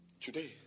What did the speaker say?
Today